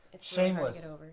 Shameless